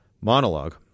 monologue